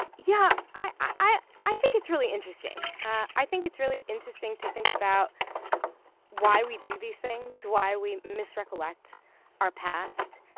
yeah, i i think it's really interesting. i think it's really interesting to think about why we do these things, why we misrecollect our past,